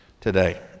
today